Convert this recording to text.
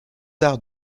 arts